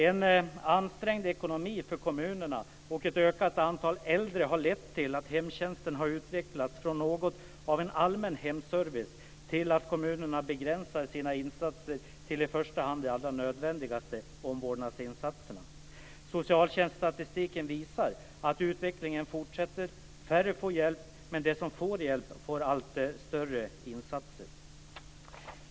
En ansträngd ekonomi för kommunerna och ett ökat antal äldre har lett till att hemtjänsten har utvecklats från något av en allmän hemservice till att kommunerna i första hand begränsar sina insatser till de allra nödvändigaste omvårdnadsinsatserna. Socialtjänststatistiken visar att utvecklingen fortsätter - färre får hjälp, men de som får hjälp får allt större insatser.